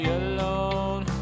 alone